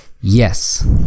Yes